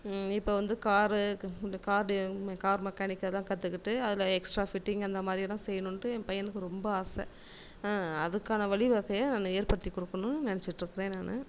இப்போ வந்து காரு அந்த கார்டு கார் மெக்கானிக்கல்லாம் கற்றுக்கிட்டு அதில் எக்ஸ்டரா ஃபிட்டிங் அந்த மாதிரி எல்லாம் செய்யணும்னுட்டு என் பையனுக்கு ரொம்ப ஆசை அதுக்கான வழிவகையை நான் ஏற்படுத்தி கொடுக்கணும்னு நினச்சிட்டு இருக்கிறேன் நான்